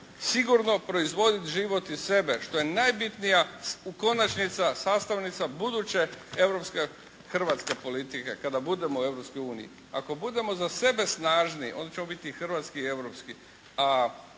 sigurno proizvoditi život i sebe što je najbitnija konačnica, sastavnica buduće europske hrvatske politike kad budemo u Europskoj uniji. Ako budemo za sebe snažni onda ćemo biti i hrvatski i europski